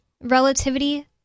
relativity